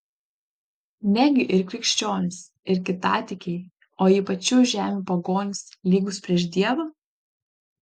negi ir krikščionys ir kitatikiai o ypač šių žemių pagonys lygūs prieš dievą